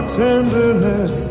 tenderness